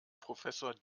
professor